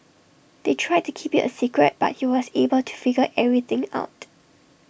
they tried to keep IT A secret but he was able to figure everything out